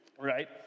right